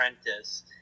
apprentice